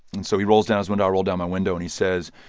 and so he rolls down his window. i roll down my window, and he says,